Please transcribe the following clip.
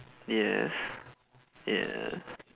yes yes